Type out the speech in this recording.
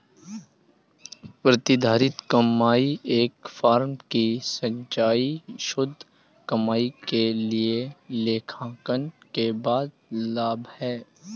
प्रतिधारित कमाई एक फर्म की संचयी शुद्ध कमाई के लिए लेखांकन के बाद लाभ है